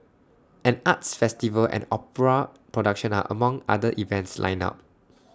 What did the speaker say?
an arts festival and opera production are among other events lined up